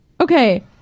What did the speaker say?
okay